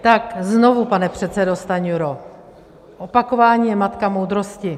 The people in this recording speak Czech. Tak znovu, pane předsedo Stanjuro, opakování je matka moudrosti.